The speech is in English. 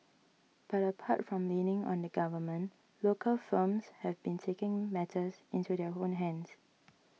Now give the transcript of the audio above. but apart from leaning on the government local firms have been taking matters into their own hands